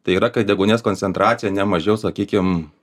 tai yra kad deguonies koncentracija ne mažiau sakykim